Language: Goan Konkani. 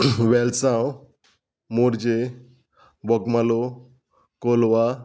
वेलसांव मोर्जे बोगमाळो कोलवा